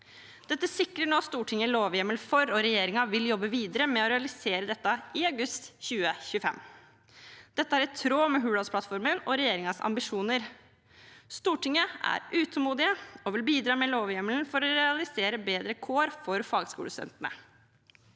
Dette sikrer nå Stortinget lovhjemmel for, og regjeringen vil jobbe videre med å realisere det i august 2025. Dette er i tråd med Hurdalsplattformen og regjeringens ambisjoner. Stortinget er utålmodig og vil bidra med lovhjemmelen for å realisere bedre kår for fagskolestudentene.